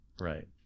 right